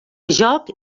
joc